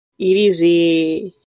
EDZ